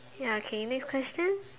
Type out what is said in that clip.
ya okay next question